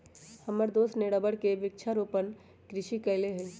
हमर दोस्त ने रबर के वृक्षारोपण कृषि कईले हई